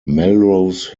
melrose